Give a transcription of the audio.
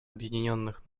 объединенных